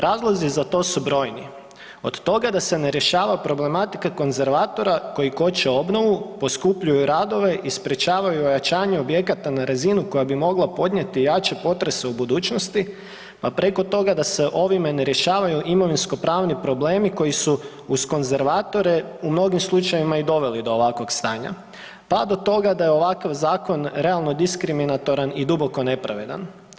Razlozi za to su brojni, od toga da se ne rješava problematika konzervatora koji koče obnovu, poskupljuju radove i sprječavaju ojačanje objekata na razinu koja bi mogla podnijeti jače potrese u budućnosti pa preko toga da se ovime ne rješavaju imovinsko-pravni problemi koji su uz konzervatore u mnogim slučajevima i doveli do ovakvog stanja, pa do toga da je ovakav zakon realno diskriminatoran i duboko nepravedan.